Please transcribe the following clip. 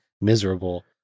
miserable